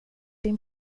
din